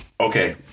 Okay